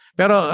pero